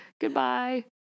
Goodbye